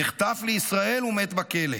נחטף לישראל ומת בכלא.